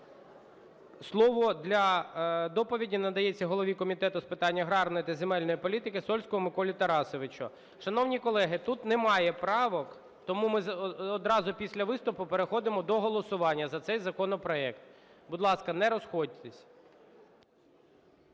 Слово для доповіді надається голові Комітету з питань аграрної та земельної політики Сольському Миколі Тарасовичу. Шановні колеги, тут немає правок, тому ми одразу після виступу переходимо до голосування за цей законопроект. Будь ласка, не розходьтеся.